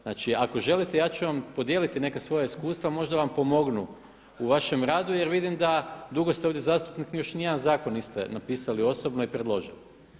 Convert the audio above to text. Znači ako želite ja ću vam podijeliti neka svoja iskustva, možda vam pomognu u vašem rad jer vidim da dugo ste ovdje zastupnik, još niti jedan zakon niste napisali osobno i predložili.